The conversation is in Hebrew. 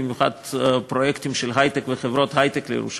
במיוחד פרויקטים של היי-טק וחברות היי-טק לירושלים.